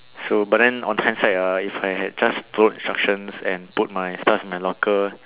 so but then on hindsight ah if I had just followed instructions and put my stuffs in my locker